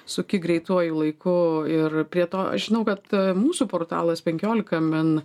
suki greituoju laiku ir prie to aš žinau kad mūsų portalas penkiolika min